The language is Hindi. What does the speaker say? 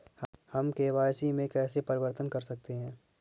हम के.वाई.सी में कैसे परिवर्तन कर सकते हैं?